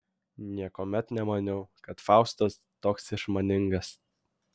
niekuomet nemaniau kad faustas toks išmaningas